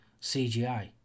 cgi